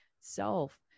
self